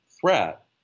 threat